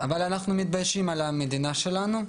אנחנו מתביישים במדינה שלנו,